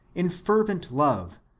in fervent love,